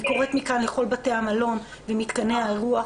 אני קוראת מכאן לכל בתי המלון ומתקני האירוח